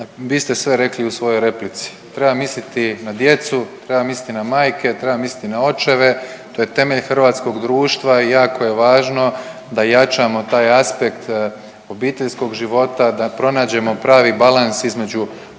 vi ste sve rekli u svojoj replici, treba misliti na djecu, treba misliti na majke, treba misliti na očeve to je temelj hrvatskog društva i jako je važno da jačamo taj aspekt obiteljskog života, da pronađemo pravi balans između